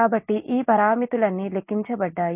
కాబట్టి ఈ పారామితులన్నీ లెక్కించబడ్డాయి